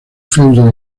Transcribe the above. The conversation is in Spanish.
feudo